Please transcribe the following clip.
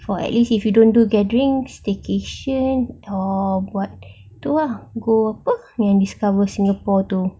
for at least if you don't do gatherings staycation or what do ah go and discover singapore too